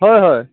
হয় হয়